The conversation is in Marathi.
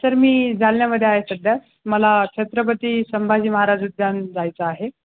सर मी जालन्यामध्ये आहे सध्या मला छत्रपती संभाजी महाराज उद्यान जायचं आहे